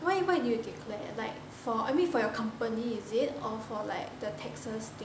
why you what do you declare like for I mean for your company is it or for like the taxes thing